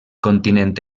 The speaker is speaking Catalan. continent